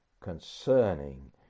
concerning